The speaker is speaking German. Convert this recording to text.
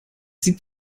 sieht